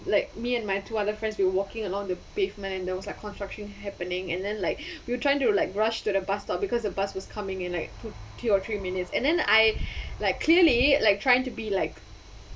like me and my two other friends we were walking along the pavement and there was like construction happening and then like we were trying to like rush to the bus stop because the bus was coming in like two or three minutes and then I like clearly like trying to be like